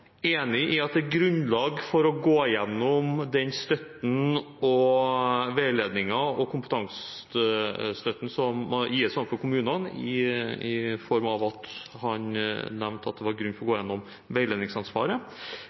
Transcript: enig i at det er grunnlag for å gå gjennom den veiledningen og kompetansestøtten som gis overfor kommunene, for han nevnte at det var grunn til å gå gjennom veiledningsansvaret.